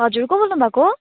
हजुर को बोल्नु भएको